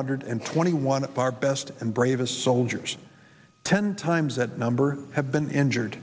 hundred and twenty one of our best and bravest soldiers ten times that number have been injured